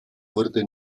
wurde